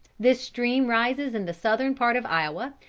this stream rises in the southern part of iowa,